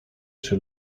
czy